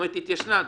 התיישנה.